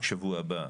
שבוע הבא,